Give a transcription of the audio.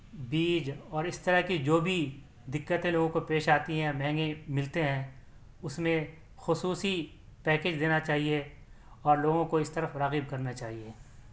بیج اور اس طرح کی جو بھی دقتیں لوگوں کو پیش آتی ہیں یا مہنگے ملتے ہیں اس میں خصوصی پیکیج دینا چاہیے اور لوگوں کو اس طرف راغب کرنا چاہیے